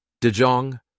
DeJong